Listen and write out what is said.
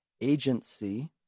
agency